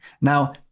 Now